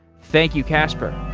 thank you, casper.